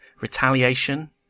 retaliation